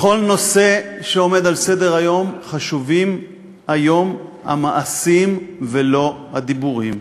בכל נושא שעומד על סדר-היום חשובים היום המעשים ולא הדיבורים.